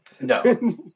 No